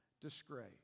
disgrace